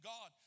God